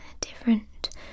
different